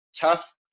tough